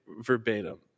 verbatim